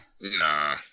Nah